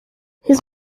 his